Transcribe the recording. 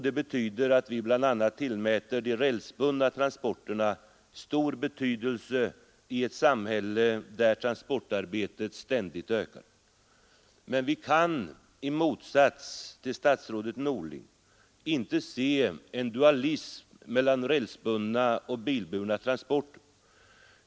Det innebär att vi bl.a. tillmäter de rälsbundna transporterna stor betydelse i ett samhälle där transportarbetet ständigt ökar. Men vi kan i motsats till statsrådet Norling inte se en dualism mellan rälsbundna och bilburna transporter.